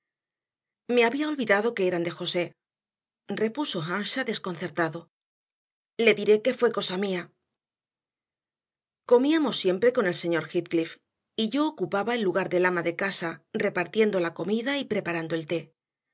me había olvidado que eran de josé repuso earnshaw desconcertado le diré que fue cosa mía comíamos siempre con el señor heathcliff y yo ocupaba el lugar del ama de casa repartiendo la comida y preparando el té